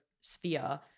sphere